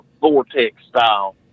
vortex-style